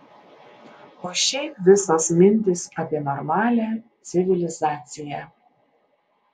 o šiaip visos mintys apie normalią civilizaciją